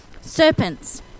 Serpents